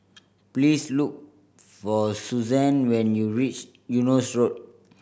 please look for Suzann when you reach Eunos Road